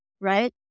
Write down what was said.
right